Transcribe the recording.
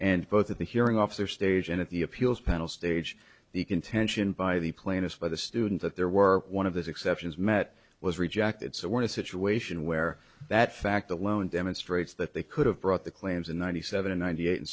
and both at the hearing officer stage and at the appeals panel stage the contention by the plaintiffs by the student that there were one of those exceptions met was rejected so we're in a situation where that fact alone demonstrates that they could have brought the claims in ninety seven and ninety eight and